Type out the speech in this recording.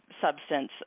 substance